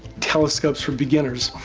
telescopes for beginners,